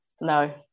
no